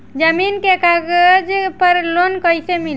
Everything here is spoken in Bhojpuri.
जमीन के कागज पर लोन कइसे मिली?